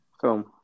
Film